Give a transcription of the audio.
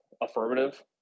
affirmative